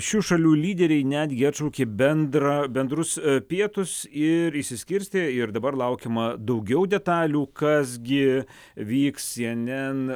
šių šalių lyderiai netgi atšaukė bendrą bendrus pietus ir išsiskirstė ir dabar laukiama daugiau detalių kas gi vyks cnn